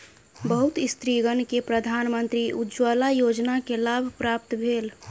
बहुत स्त्रीगण के प्रधानमंत्री उज्ज्वला योजना के लाभ प्राप्त भेल